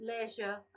leisure